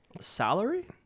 salary